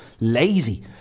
lazy